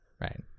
Right